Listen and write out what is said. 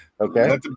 Okay